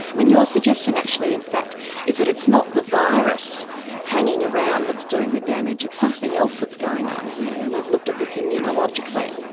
i mean your suggestion actually in fact is that it's not the virus hanging around that's doing the damage, it's something else that's going on here and you've looked at this immunologically.